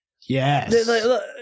Yes